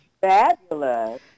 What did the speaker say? fabulous